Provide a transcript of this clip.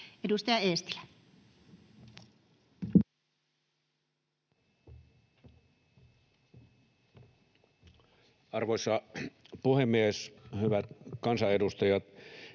Content: Arvoisa puhemies! Hyvät kansanedustajat!